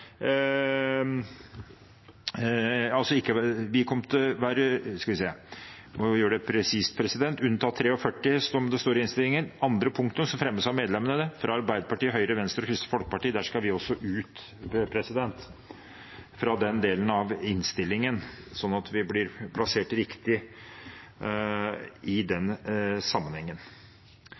som det står i innstillingen, «som fremmes av medlemmene fra Arbeiderpartiet, Høyre, Venstre og Kristelig Folkeparti». Vi skal også ut fra den delen av innstillingen, så vi blir plassert riktig i den sammenhengen.